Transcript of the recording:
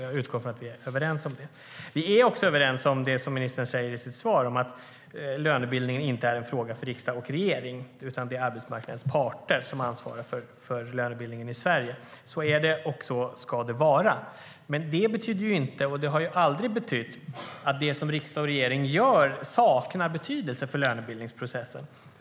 Jag utgår ifrån att vi är överens om det. Vi är också överens om det som ministern säger i sitt svar om att lönebildningen inte är en fråga för riksdag och regering. Det är arbetsmarknadens parter som ansvarar för lönebildningen i Sverige. Så är det, och så ska det vara. Men det betyder inte - och det har aldrig betytt - att det som riksdag och regering gör saknar betydelse för lönebildningsprocessen.